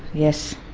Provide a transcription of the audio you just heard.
yes,